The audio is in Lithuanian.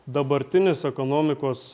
dabartinis ekonomikos